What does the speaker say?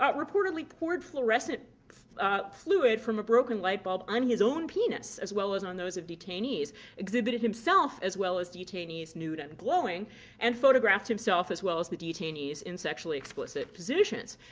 ah reportedly poured fluorescent fluid from a broken light bulb on his own penis, as well as on those of detainees exhibited himself, as well as detainees, nude and glowing and photographed himself, as well as the detainees, in sexually explicit positions.